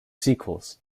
sequels